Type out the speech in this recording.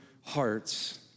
hearts